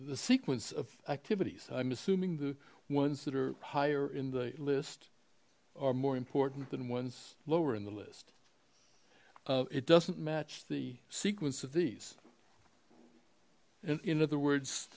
the sequence of activities i'm assuming the ones that are higher in the list are more important than ones lower in the list it doesn't match the sequence of these in other words